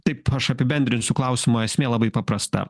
taip aš apibendrinsiu klausimo esmė labai paprasta